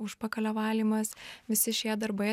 užpakalio valymas visi šie darbai